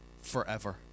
forever